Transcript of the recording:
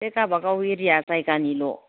बे गावबागाव एरिया जायगानिल'